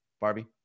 Barbie